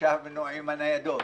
ישבנו עם הניידות,